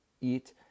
eat